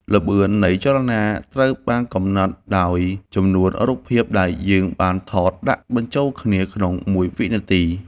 ល្បឿននៃចលនាត្រូវបានកំណត់ដោយចំនួនរូបភាពដែលយើងបានថតដាក់បញ្ចូលគ្នាក្នុងមួយវិនាទី។